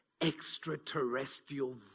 extraterrestrial